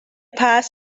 pass